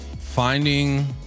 Finding